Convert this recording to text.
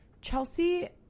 Chelsea